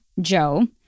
Joe